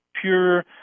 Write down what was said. pure